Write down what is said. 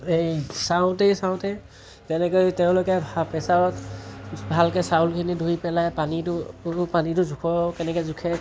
এই চাওঁতে চাওঁতে তেনেকৈ তেওঁলোকে ভাত প্ৰেছাৰত ভালকৈ চাউলখিনি ধুই পেলাই পানীটো পানীটো জোখৰ কেনেকৈ জোখে